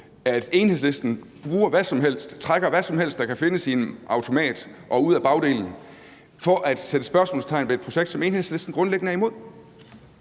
at Enhedslisten bruger hvad som helst og alt, hvad der kan trækkes i en automat eller ud af bagdelen, for at sætte spørgsmålstegn ved et projekt, som Enhedslisten grundlæggende er imod.